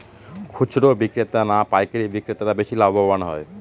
খুচরো বিক্রেতা না পাইকারী বিক্রেতারা বেশি লাভবান হয়?